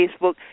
Facebook